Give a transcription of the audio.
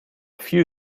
viel